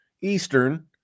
Eastern